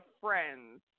friends